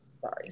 Sorry